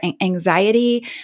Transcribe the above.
anxiety